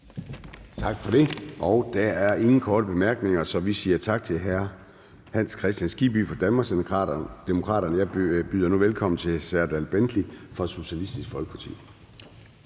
Gade): Der er ingen korte bemærkninger, så vi siger tak til hr. Hans Kristian Skibby fra Danmarksdemokraterne. Jeg byder nu velkommen til hr. Serdal Benli fra Socialistisk Folkeparti.